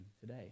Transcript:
today